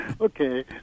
Okay